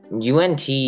UNT